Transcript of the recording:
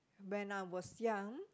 when I was young